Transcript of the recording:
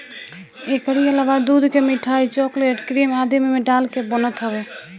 एकरी अलावा दूध के मिठाई, चोकलेट, क्रीम आदि में डाल के बनत हवे